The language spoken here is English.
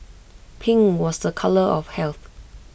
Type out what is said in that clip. pink was A colour of health